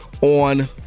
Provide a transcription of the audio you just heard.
on